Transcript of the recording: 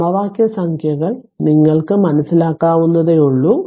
സമവാക്യ സംഖ്യകൾ നിങ്ങൾക്ക് മനസ്സിലാക്കാവുന്നതേയുള്ളൂ